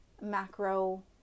macro